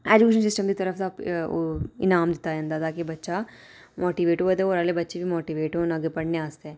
education system दी तरफ दा ओह् इनाम दित्ता जंदा ता कि बच्चा मोटीवेट होऐ ते कन्नै आह्ले बच्चे बी मोटीवेट होन पढनें आस्तै